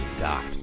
got